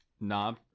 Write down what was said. knob